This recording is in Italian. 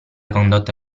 condotta